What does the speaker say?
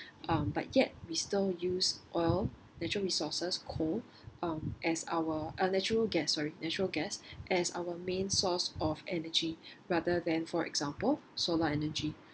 um but yet we still use oil natural resources coal um as our um natural gas sorry natural gas as our main source of energy rather than for example solar energy